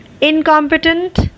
incompetent